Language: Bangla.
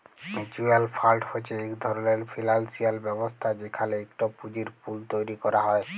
মিউচ্যুয়াল ফাল্ড হছে ইক ধরলের ফিল্যালসিয়াল ব্যবস্থা যেখালে ইকট পুঁজির পুল তৈরি ক্যরা হ্যয়